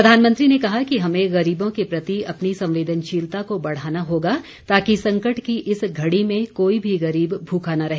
प्रधानमंत्री ने कहा कि हमें गरीबों के प्रति अपनी संवेदनशीलता को बढ़ाना होगा ताकि संकट की इस घड़ी में कोई भी गरीब भूखा न रहे